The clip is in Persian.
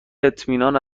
اطمینان